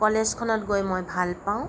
কলেজখনত গৈ মই ভাল পাওঁ